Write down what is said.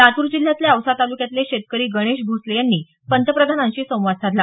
लातूर जिल्ह्यातल्या औसा तालुक्यातले शेतकरी गणेश भोसले यांनी पंतप्रधानांशी संवाद साधला